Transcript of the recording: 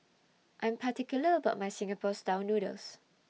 I Am particular about My Singapore Style Noodles